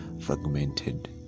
fragmented